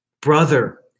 Brother